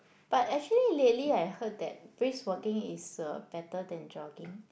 but actually lately I heard that brisk walking is uh better than jogging